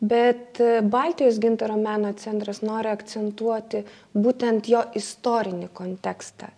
bet baltijos gintaro meno centras nori akcentuoti būtent jo istorinį kontekstą